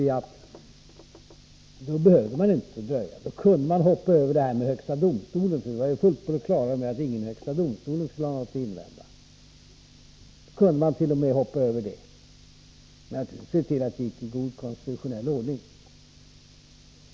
Vi tyckte att man kunde t.o.m. hoppa över det där med högsta domstolen, eftersom vi var fullt på det klara med att ingen i högsta domstolen skulle ha någonting att invända — bara man såg till att man följde god konstitutionell ordning.